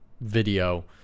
video